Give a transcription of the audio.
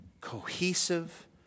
cohesive